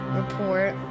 report